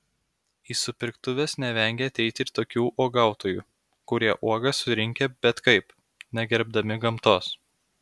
į supirktuves nevengia ateiti ir tokių uogautojų kurie uogas surinkę bet kaip negerbdami gamtos